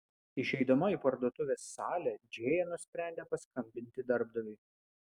išeidama į parduotuvės salę džėja nusprendė paskambinti darbdaviui